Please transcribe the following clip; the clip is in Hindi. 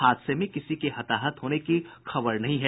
हादसे में किसी के हताहत होने की खबर नहीं है